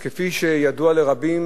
כפי שידוע לרבים,